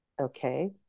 okay